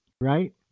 right